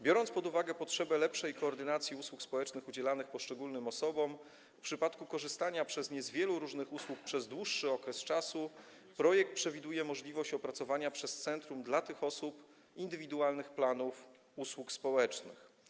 Biorąc pod uwagę potrzebę lepszej koordynacji usług społecznych udzielanych poszczególnym osobom w przypadku korzystania przez nie z wielu różnych usług przez dłuższy okres, w projekcie przewiduje się możliwość opracowania przez centrum dla tych osób indywidualnych planów usług społecznych.